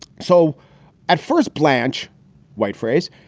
so at first blanch white phrase,